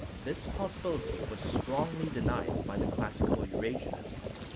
this possibility was strongly denied by the classical eurasianists,